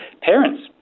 parents